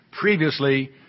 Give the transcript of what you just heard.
previously